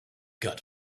gut